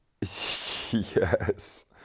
yes